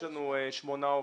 יש לנו שמונה עובדים.